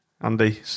Andy